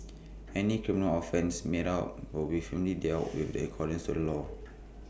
any criminal offence made out will be firmly dealt with the accordance to law